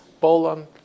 Poland